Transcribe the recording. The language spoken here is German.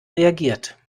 reagiert